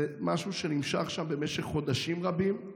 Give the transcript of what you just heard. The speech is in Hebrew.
זה משהו שנמשך שם חודשים רבים.